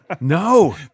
No